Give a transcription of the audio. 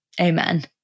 Amen